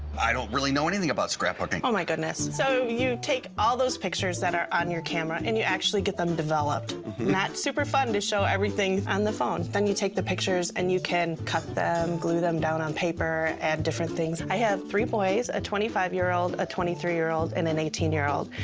i don't really know anything about scrap booking. oh my goodness. so, you take all those pictures that are on your camera and you actually get them developed. it's not super fun to show everything on the phone. and you take the pictures and you can cut them, glue them down on paper, and different things. i have three boys a twenty five year old, a twenty three year old, and an eighteen year old.